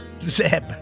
Zeb